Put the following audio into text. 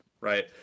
right